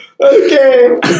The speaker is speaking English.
Okay